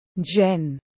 Jen